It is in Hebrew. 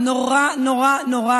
לא זה,